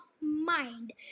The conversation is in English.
mind